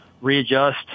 readjust